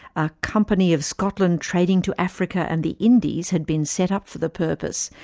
a company of scotland trading to africa and the indies had been set up for the purpose,